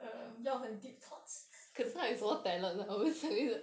um 要很 deep thoughts